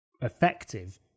effective